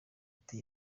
ati